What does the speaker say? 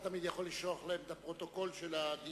אתה תמיד יכול לשלוח להם את הפרוטוקול של הדיון.